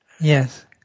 Yes